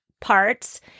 parts